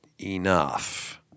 enough